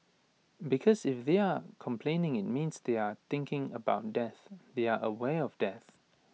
because if they are complaining IT means they are thinking about death they are aware of death